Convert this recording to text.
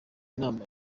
nama